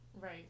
Right